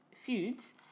feuds